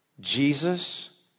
Jesus